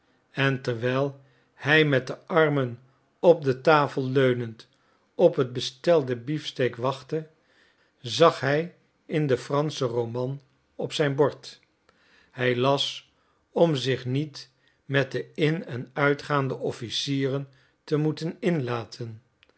en terwijl hij met de armen op de tafel leunend op het bestelde beefsteak wachtte zag hij in den franschen roman op zijn bord hij las om zich niet met de in en uitgaande officieren te moeten inlaten